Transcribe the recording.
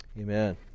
Amen